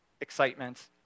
excitement